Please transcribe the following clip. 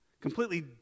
completely